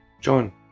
John